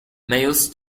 males